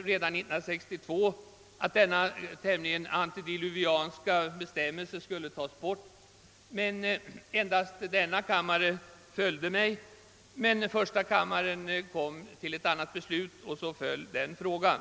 redan 1962 att denna tämligen antediluvianska bestämmelse skulle avskaffas, men enbart denna kammare följde mig då. Första kammaren kom till ett annat beslut, och därmed föll frågan.